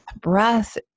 breath